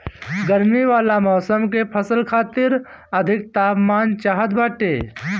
गरमी वाला मौसम के फसल खातिर अधिक तापमान चाहत बाटे